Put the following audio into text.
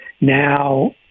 now